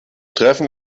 treffen